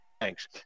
thanks